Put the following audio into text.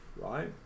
right